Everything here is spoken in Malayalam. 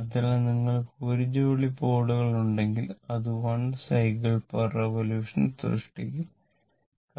അതിനാൽ നിങ്ങൾക്ക് 1 ജോഡി പോളുകളുണ്ടെങ്കിൽ അത് 1 സൈക്കിൾറിവൊല്യൂഷൻ സൃഷ്ടിക്കും